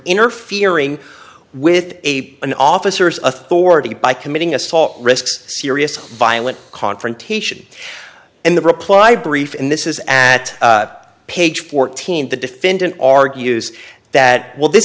interfering with a an officer's authority by committing assault risks serious violent confrontation and the reply brief in this is at page fourteen the defendant argues that well this